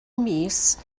mis